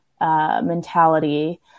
mentality